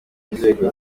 n’inzego